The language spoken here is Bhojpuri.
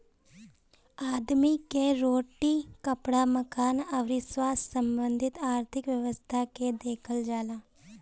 आदमी कअ रोटी, कपड़ा, मकान अउरी स्वास्थ्य संबंधी आर्थिक व्यवस्था के देखल जाला